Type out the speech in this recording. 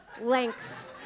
length